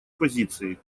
позиции